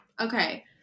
Okay